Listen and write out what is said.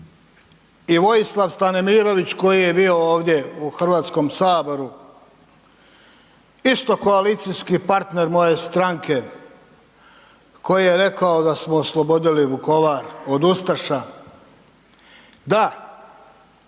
i Vojislav Stanimirović koji je bio ovdje u Hrvatskom saboru isto koalicijski partner moje stranke koji je rekao da smo oslobodili Vukovar od ustaša.